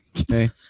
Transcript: Okay